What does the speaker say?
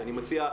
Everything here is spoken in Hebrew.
אני מציע,